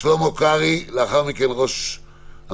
שלמה קרעי, לאחר מכן ראש המועצה